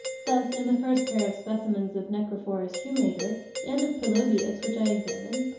thus, in the first pair of specimens of necrophorus humator and of pelobius which i examined,